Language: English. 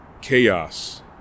Chaos